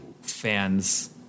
fans